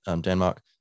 Denmark